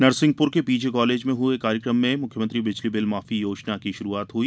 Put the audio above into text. नरसिंहपुर के PG college में हुए कार्यक्रम में मुख्यमंत्री बिजली बिल माफी योजना की शुरूआत हुई